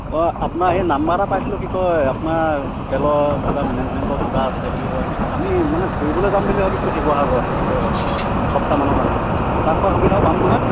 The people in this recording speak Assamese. অঁ আপোনাৰ এই নাম্বাৰ এটা পাইছিলোঁ কি কয় আপোনাৰ হোটেলৰ কিবা মেনেজমেণ্টৰ কিবা আছে বুলি কোৱা শুনিছোঁ আমি মানে ফুৰিবলৈ যাম বুলি ভাবিছিলোঁ শিৱসাগৰত কি কয় এসপ্তাহমানৰ কাৰণে থকা খোৱা সুবিধা পাম নহয়